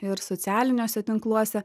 ir socialiniuose tinkluose